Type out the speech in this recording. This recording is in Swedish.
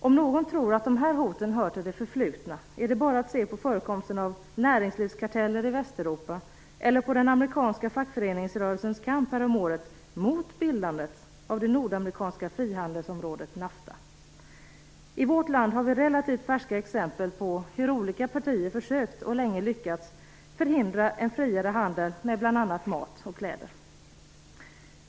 Om någon tror att dessa hot hör till det förflutna, är det bara att se på förekomsten av näringslivskarteller i Västeuropa eller på den amerikanska fackföreningsrörelsens kamp mot bildandet av det nordamerikanska frihandelsområdet NAFTA härom året. I vårt land har vi relativt färska exempel på hur olika partier försökt, och länge lyckats, förhindra en friare handel med bl.a. mat och kläder.